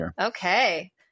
Okay